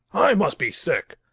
i must be sick.